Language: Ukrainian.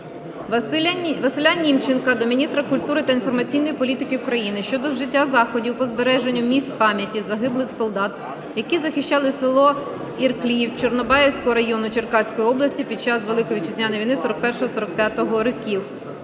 Василя Німченка до міністра культури та інформаційної політики України щодо вжиття заходів по збереженню місць пам'яті загиблих солдат, які захищали село Іркліїв Чорнобаївського району Черкаської області під час Великої Вітчизняної війни 1941-1945 років.